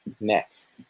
next